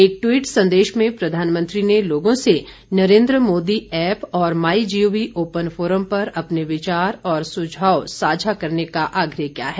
एक ट्वीट संदेश में प्रधानमंत्री ने लोगों से नरेन्द्र मोदी ऐप और my G O V open forum पर अपने विचारों और सुझावों को साझा करने का आग्रह किया है